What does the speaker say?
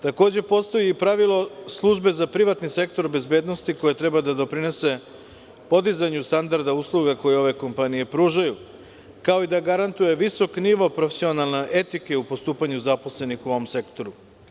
Takođe, postoji i pravilo službe za privatni sektor bezbednosti, koje treba da doprinese podizanju standarda usluga koje ove kompanije pružaju, kao i da garantuje visok nivo profesionalne etike u postupanju zaposlenih u ovom sektoru.